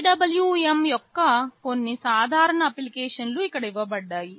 PWM యొక్క కొన్ని సాధారణ అప్లికేషన్లు ఇక్కడ ఇవ్వబడ్డాయి